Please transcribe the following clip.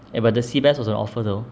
eh but the seabass was on offer though